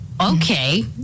Okay